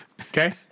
okay